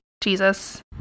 jesus